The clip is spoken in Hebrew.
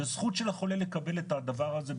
זה זכות של החולה לקבל את הדבר הזה,